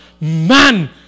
Man